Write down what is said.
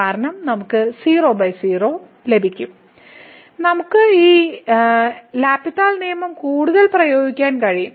കാരണം നമുക്ക് 00 ലഭിക്കും ഫോം നമുക്ക് എൽ ഹോസ്പിറ്റലിന്റെ നിയമം കൂടുതൽ പ്രയോഗിക്കാൻ കഴിയും